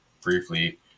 briefly